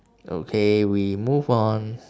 okay we move on